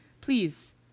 Please